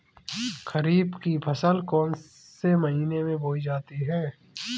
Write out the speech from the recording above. खरीफ की फसल कौन से महीने में बोई जाती है?